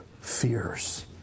fears